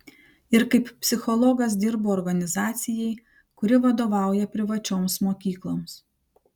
ir kaip psichologas dirbu organizacijai kuri vadovauja privačioms mokykloms